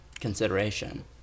consideration